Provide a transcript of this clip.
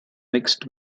mixed